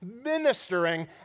ministering